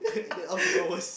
and then all fever worse